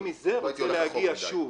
מזה אני רוצה להגיע שוב.